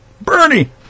Bernie